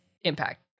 impact